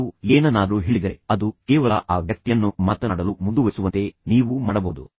ನೀವು ಏನನ್ನಾದರೂ ಹೇಳಿದರೆ ಅದು ಕೇವಲ ಆ ವ್ಯಕ್ತಿಯನ್ನು ಮಾತನಾಡಲು ಮುಂದುವರಿಸುವಂತೆ ನೀವು ಮಾಡಬಹುದು